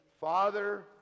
Father